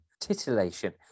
Titillation